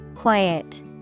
quiet